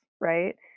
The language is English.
right